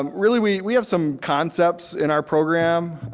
um really we we have some concepts in our program.